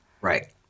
Right